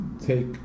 take